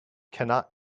cannot